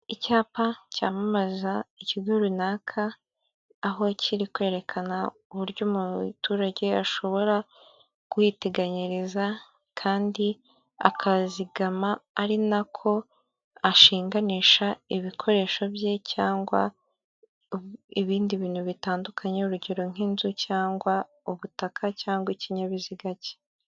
Icyapa cyamamaza ikigo runaka aho kiri kwerekana uburyo umuturage ashobora kwiteganyiriza kandi akazizigama ari nako ashinganisha ibikoresho bye cyangwa ibindi bintu bitandukanye, urugero nk'inzu, cyangwa ubutaka, cyangwa ikinyabiziga cye.